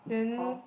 hor